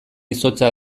izotza